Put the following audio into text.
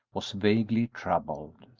was vaguely troubled.